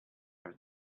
was